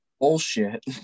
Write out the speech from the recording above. bullshit